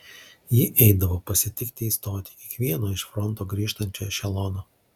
ji eidavo pasitikti į stotį kiekvieno iš fronto grįžtančio ešelono